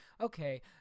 Okay